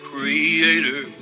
Creator